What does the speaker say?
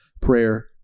prayer